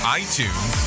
itunes